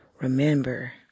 Remember